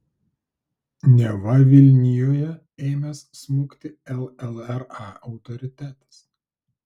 neva vilnijoje ėmęs smukti llra autoritetas